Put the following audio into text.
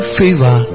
favor